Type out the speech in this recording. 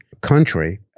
country